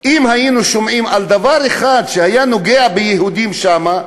אם היינו שומעים על דבר אחד שהיה נוגע ביהודים שם,